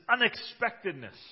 unexpectedness